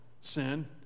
sin